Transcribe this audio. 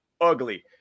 ugly